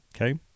Okay